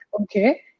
okay